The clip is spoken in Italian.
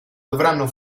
dovranno